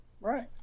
Right